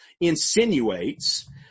insinuates